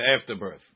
afterbirth